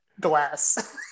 glass